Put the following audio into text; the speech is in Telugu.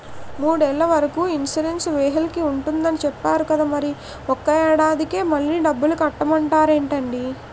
మూడేళ్ల వరకు ఇన్సురెన్సు వెహికల్కి ఉంటుందని చెప్పేరు కదా మరి ఒక్క ఏడాదికే మళ్ళి డబ్బులు కట్టమంటారేంటండీ?